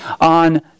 on